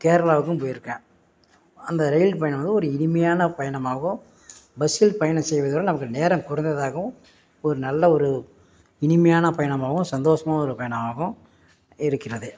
கேரளாவுக்கும் போய்ருக்கேன் அந்த ரயில் பயணம் வந்து ஒரு இனிமையான பயணமாகவோ பஸ்ஸில் பயணம் செய்வதை விட நமக்கு நேரம் குறைந்ததாகவும் ஒரு நல்ல ஒரு இனிமையான பயணமாகவும் சந்தோஷமாகவும் ஒரு பயணமாகவும் இருக்கிறது